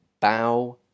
bow